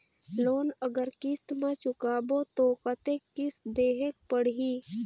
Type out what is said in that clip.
Loan अगर किस्त म चुकाबो तो कतेक किस्त देहेक पढ़ही?